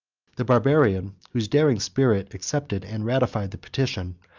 the barbarian, whose daring spirit accepted and ratified the prediction,